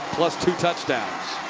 plus two touchdowns.